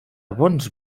bons